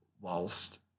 whilst